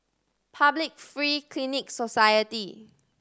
Public Free Clinic Society